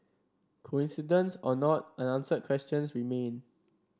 coincidence or not unanswered questions remain